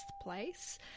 place